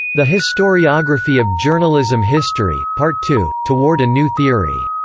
the historiography of journalism history part two toward a new theory